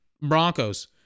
Broncos